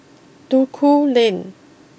Duku Lane